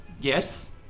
Yes